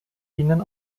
ihnen